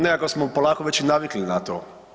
Nekako smo polako već i navikli na to.